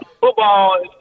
Football